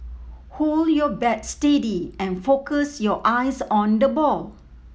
hold your bat steady and focus your eyes on the ball